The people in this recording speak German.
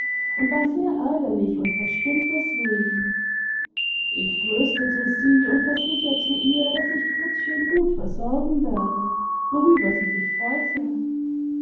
und war sehr ärgerlich und verstimmt deswegen ich tröstete sie und versicherte ihr daß ich kurtchen gut versorgen werde worüber sie sich freute